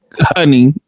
Honey